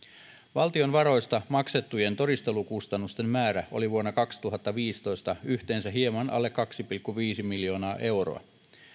valtion varoista maksettujen todistelukustannusten määrä oli vuonna kaksituhattaviisitoista yhteensä hieman alle kaksi pilkku viisi miljoonaa euroa